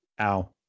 Ow